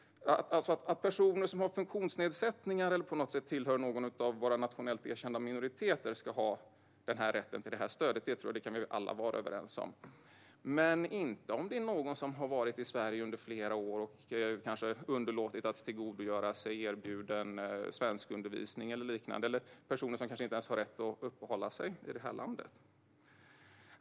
Att personer som har funktionsnedsättningar eller på något sätt tillhör någon av våra nationellt erkända minoriteter ska ha rätt till det här stödet tror jag att vi alla kan vara överens om. Men det gäller inte om det är en person som har varit i Sverige under flera år och kanske har underlåtit att tillgodogöra sig erbjuden svenskundervisning eller liknande eller som kanske inte ens har rätt att uppehålla sig i det här landet.